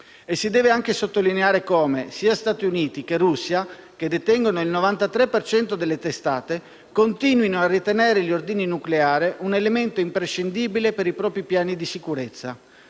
Si deve anche sottolineare che sia Stati Uniti che Russia, che detengono il 93 per cento delle testate, continuano a ritenere gli ordigni nucleari un elemento imprescindibile per i propri piani di sicurezza,